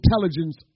intelligence